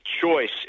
choice